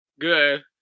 Good